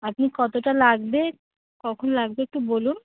আপনি কতটা লাগবে কখন লাগবে একটু বলুন